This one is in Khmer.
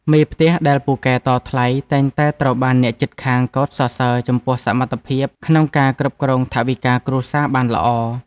មេផ្ទះដែលពូកែតថ្លៃតែងតែត្រូវបានអ្នកជិតខាងកោតសរសើរចំពោះសមត្ថភាពក្នុងការគ្រប់គ្រងថវិកាគ្រួសារបានល្អ។